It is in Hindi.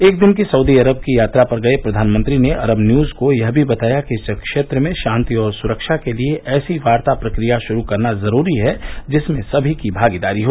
एक दिन की सऊदी अरब की यात्रा पर गए प्रधानमंत्री ने अरब न्यूज को यह भी दताया कि इस क्षेत्र में शांति और सुरक्षा के लिए ऐसी वार्ता प्रक्रिया शुरू करना जरूरी है जिसमें सभी की भागीदारी हो